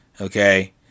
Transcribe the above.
okay